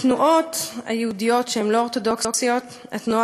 התנועות היהודיות שהן לא אורתודוקסיות, התנועה